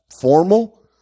formal